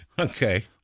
Okay